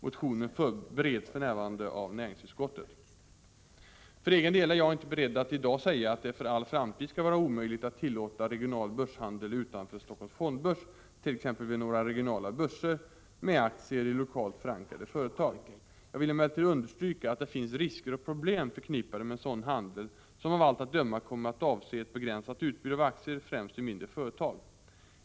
Motionen bereds för närvarande av näringsutskottet. För egen del är jag inte beredd att i dag säga att det för all framtid skulle vara omöjligt att tillåta regional börshandel utanför Helsingforss fondbörs, t.ex. vid några regionala börser, med aktier i lokalt förankrade företag. Jag vill emellertid understryka att det finns risker och problem förknippade med en sådan handel, som av allt att döma kommer att avse ett begränsat utbud av aktier, främst i mindre företag.